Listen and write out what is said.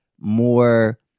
more